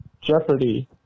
Jeopardy